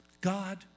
God